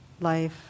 life